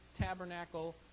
tabernacle